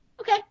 Okay